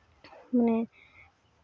ᱢᱟᱱᱮ